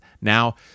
now